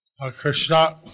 Krishna